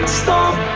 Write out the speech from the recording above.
stop